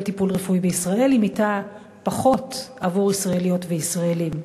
טיפול רפואי בישראל היא מיטה פחות עבור ישראליות וישראלים.